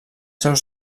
seus